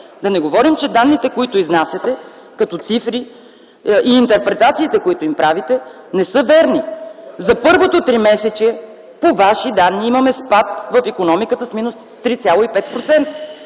Да не говорим, че данните, които изнасяте като цифри, и интерпретациите, които им правите, не са верни. За първото тримесечие по Ваши данни имаме спад в икономиката с минус 3,5%,